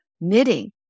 knitting